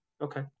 Okay